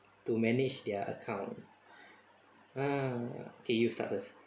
to manage their account ah okay you start first